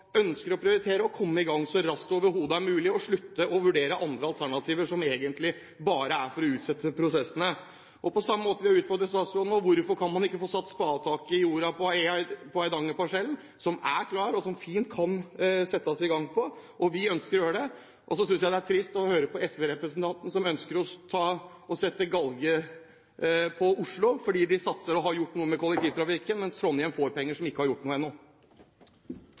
ønsker å prioritere å komme i gang så raskt som overhodet mulig og slutte å vurdere andre alternativer som egentlig bare er der for å utsette prosessene, vil jeg utfordre statsråden: Hvorfor kan man ikke få satt spaden i jorda på Eidangerparsellen, som er klar til at det fint kan settes i gang? Vi ønsker å gjøre det. Så synes jeg det er trist å høre på SV-representanten som ønsker å sende Oslo i galgen fordi de satser og har gjort noe med kollektivtrafikken, mens Trondheim, som ikke har gjort noe ennå, får penger. Å omtale andres innlegg som «flåsete» er upassende i denne salen. Det er åpenbart at representanten Hoksrud ikke har